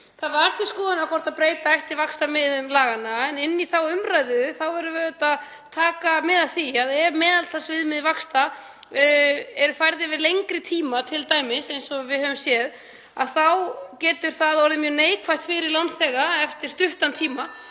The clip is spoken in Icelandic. Það var til skoðunar, hvort breyta ætti vaxtaviðmiðum laganna en inn í þá umræðu verðum við auðvitað að taka mið af því að ef meðaltalsviðmið vaxta eru færð yfir lengri tíma t.d., eins og við höfum séð, þá getur það orðið mjög neikvætt fyrir lánþega eftir stuttan tíma.